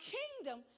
kingdom